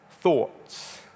thoughts